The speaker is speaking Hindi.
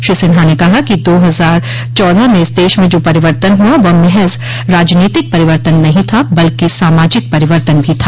श्री सिन्हा ने कहा कि दो हजार चौदह में इस देश में जो परिवर्तन हुआ वह महज राजनीतिक परिवर्तन नहीं था बल्कि सामाजिक परिवर्तन भी था